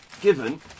given